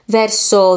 verso